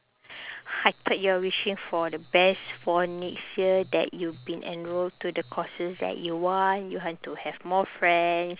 I thought you're wishing for the best for next year that you've been enrol to the courses that you want you want to have more friends